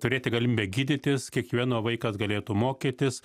turėti galimybę gydytis kiekvieno vaikas galėtų mokytis